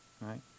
Right